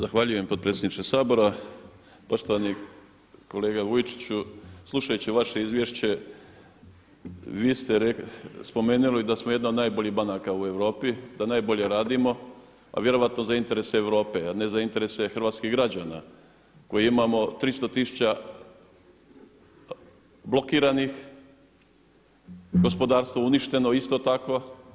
Zahvaljujem potpredsjedniče Sabora, poštovani kolega Vujčiću, slušajući vaš izvješće vi ste spomenuli da smo jedna od najboljih banaka u Europi, da najbolje radimo a vjerojatno za interese Europe a ne za interese hrvatskih građana koji imamo 300 tisuća blokiranih, gospodarstvo uništeno isto tako.